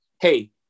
hey